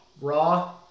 Raw